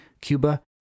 Cuba